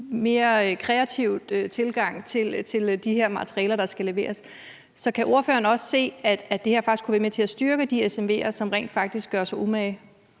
mere kreativ tilgang til de her materialer, der skal leveres. Så kan ordføreren også se, at det her faktisk kunne være med til at styrke de SMV'er, som rent faktisk gør sig umage?